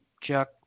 Chuck